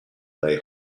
they